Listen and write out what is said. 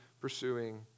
pursuing